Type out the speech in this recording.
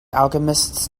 alchemists